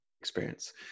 experience